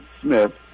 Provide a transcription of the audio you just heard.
Smith